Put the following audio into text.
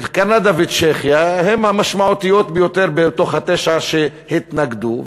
קנדה וצ'כיה הן המשמעותיות ביותר בתוך התשע שהתנגדו,